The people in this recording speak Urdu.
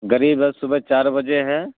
غریب رتھ صبح چار بجے ہے